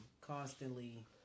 constantly